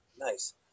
Nice